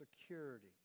security